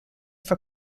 for